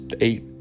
eight